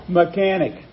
mechanic